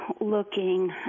looking